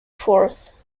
fourth